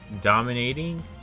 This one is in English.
dominating